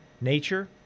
nature